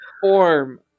form